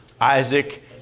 Isaac